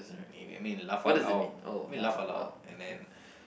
I mean laugh out loud mean laugh a loud and then